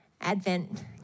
Advent